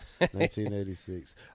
1986